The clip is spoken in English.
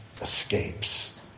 escapes